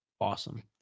awesome